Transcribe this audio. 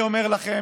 אני אומר לכם,